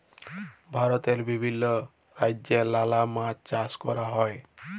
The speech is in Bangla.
ভারতে বিভিল্য রাজ্যে লালা মাছ চাষ ক্যরা হ্যয়